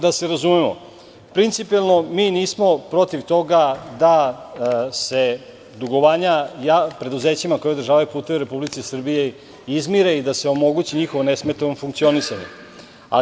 Da se razumemo, priincipijelno, mi nismo protiv toga da se dugovanja preduzećima koja održavaju puteve po Srbiji izmire i da se omogući njihovo nesmetano funkcionisanje.